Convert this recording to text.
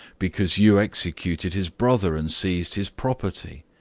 because you executed his brother and seized his property.